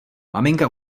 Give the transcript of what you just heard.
maminka